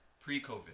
pre-COVID